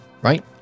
right